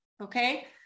okay